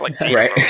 Right